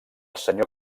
senyor